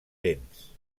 dents